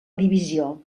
divisió